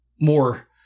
more